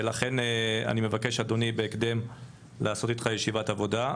ולכן אני מבקש אדוני בהקדם לעשות איתך ישיבת עבודה.